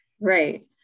right